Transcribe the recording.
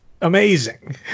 amazing